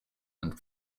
and